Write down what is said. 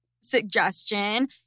suggestion